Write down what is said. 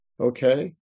Okay